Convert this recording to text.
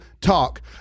talk